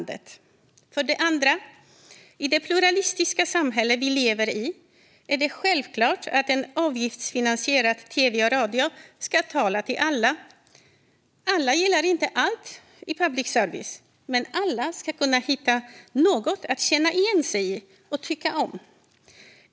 Tryck och yttrande-frihet, massmedie-frågor För det andra är det i det pluralistiska samhälle vi lever i självklart att avgiftsfinansierad tv och radio ska tala till alla. Alla gillar inte allt i public service, men alla ska kunna hitta något att känna igen sig i och tycka om.